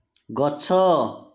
ଗଛ